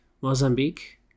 Mozambique